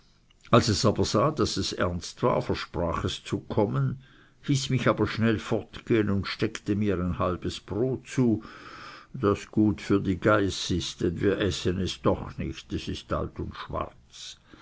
als es aber sah daß es ernst war versprach es zu kommen hieß mich aber schnell fortgehen und steckte mir ein halbes brot zu das gut für die geiß ist denn wir essen es doch nicht es ist alt und schwarz